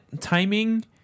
timing